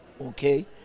okay